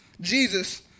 Jesus